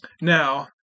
Now